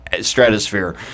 stratosphere